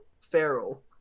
feral